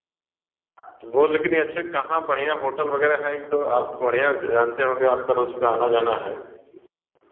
वह लेकिन ऐसे कहाँ बढिया होटल वगैरह हैं एक दो आप बढ़िया जानते होंगे आपका रोज़ का आना जाना है